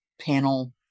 panel